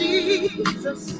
Jesus